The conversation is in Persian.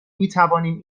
میتوانیم